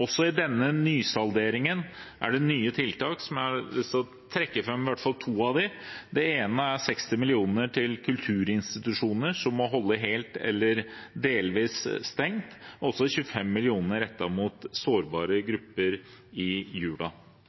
Også i denne nysalderingen er det nye tiltak, og jeg har lyst til å trekke fram i hvert fall to av dem. Det ene er 60 mill. kr til kulturinstitusjoner som må holde helt eller delvis stengt, og det andre er 25 mill. kr rettet mot sårbare